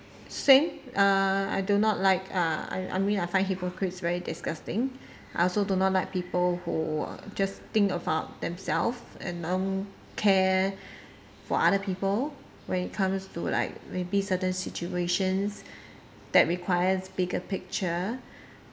same uh I do not like uh I mean I find hypocrites very disgusting I also do not like people who just think about themself and don't care for other people when it comes to like maybe certain situations that requires bigger picture